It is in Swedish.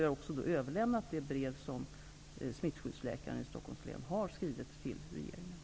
Vi har också överlämnat det brev som smittskyddsläkaren i Stockholms län har skrivit till regeringen.